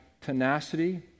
tenacity